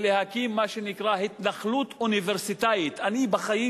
ולהקים מה שנקרא "התנחלות אוניברסיטאית" אני בחיים